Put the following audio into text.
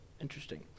Interesting